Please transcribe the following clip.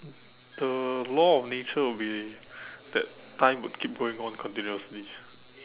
the law of nature will be that time will keep going on continuously